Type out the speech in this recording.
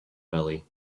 belly